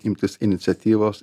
imtis iniciatyvos